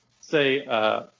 say